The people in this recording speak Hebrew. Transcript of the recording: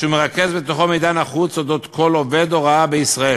שמרכז מידע נחוץ על כל עובד הוראה בישראל.